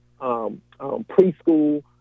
preschool